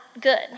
good